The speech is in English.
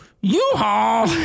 U-Haul